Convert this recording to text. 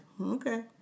Okay